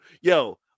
yo